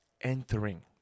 entering